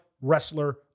Wrestler